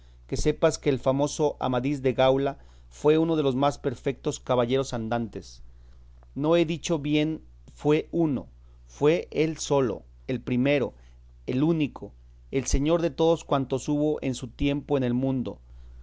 que sepas que el famoso amadís de gaula fue uno de los más perfectos caballeros andantes no he dicho bien fue uno fue el solo el primero el único el señor de todos cuantos hubo en su tiempo en el mundo